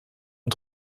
und